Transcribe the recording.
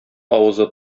авызы